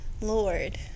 lord